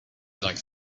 like